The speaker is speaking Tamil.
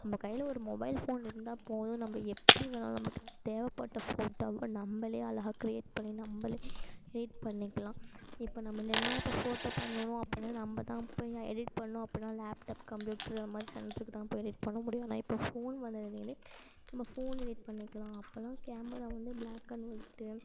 நம்ம கையில் ஒரு மொபைல் ஃபோன் இருந்தால் போதும் நம்ம எப்படி வேணாலும் நமக்கு தேவைப்பட்ட ஃபோட்டோவை நம்மளே அழகாக கிரியேட் பண்ணி நம்மளே எடிட் பண்ணிக்கலாம் இப்பபோ நான் முன்னெல்லாம் இப்போ ஃபோட்டோ பண்ணணும் அப்படின்னா நம்ம தான் போய் எடிட் பண்ணணும் அப்படின்னா லேப்டாப் கம்ப்யூட்ரு அது மாதிரி சென்ட்டருக்கு தான் போய் எடிட் பண்ண முடியும் ஆனால் இப்போது ஃபோன் வந்ததிலேந்து நம்ம ஃபோனில் எடிட் பண்ணிக்கலாம் அப்போல்லாம் கேமரா வந்து பிளாக் அண்ட் ஒயிட்டு